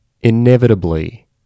inevitably